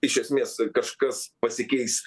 iš esmės kažkas pasikeis